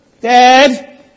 Dad